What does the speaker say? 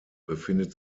befindet